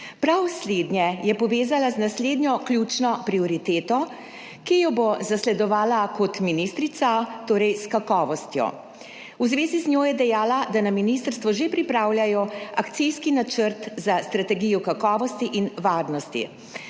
Prav slednje je povezala z naslednjo ključno prioriteto, ki jo bo zasledovala kot ministrica, torej s kakovostjo. V zvezi z njo je dejala, da na ministrstvu že pripravljajo Akcijski načrt za strategijo kakovosti in varnosti,